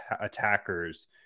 attackers